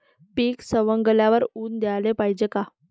पीक सवंगल्यावर ऊन द्याले पायजे का?